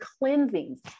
cleansings